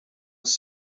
ist